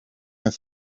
mijn